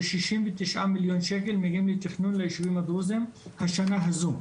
זה שישים ותשעה מיליון שקל מגיעים לתכנון לישובים הדרוזים השנה הזו.